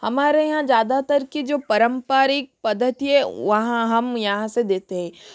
हमारे यहाँ ज़्यादातर की जो पारम्परिक पद्धति है वहाँ हम यहाँ से देते है